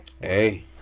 Hey